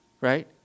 right